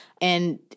and-